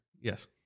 Yes